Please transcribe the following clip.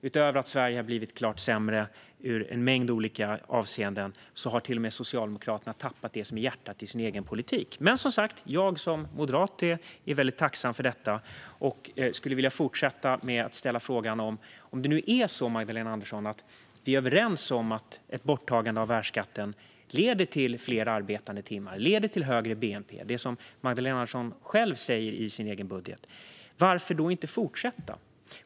Utöver att Sverige har blivit klart sämre i en mängd olika avseenden har till och med Socialdemokraterna tappat det som är hjärtat i den egna politiken. Men som sagt, jag som moderat är väldigt tacksam för detta och skulle vilja fortsätta med att ställa en fråga. Om det nu är så, Magdalena Andersson, att vi är överens om att ett borttagande av värnskatten leder till fler arbetade timmar och till högre bnp, något som Magdalena Andersson själv säger i sin budget, varför då inte fortsätta?